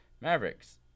Mavericks